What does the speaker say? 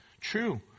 true